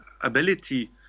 ability